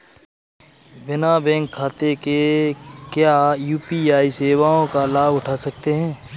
बिना बैंक खाते के क्या यू.पी.आई सेवाओं का लाभ उठा सकते हैं?